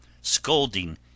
scolding